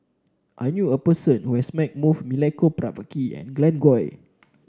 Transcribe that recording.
I knew a person who has met both Milenko Prvacki and Glen Goei